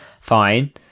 fine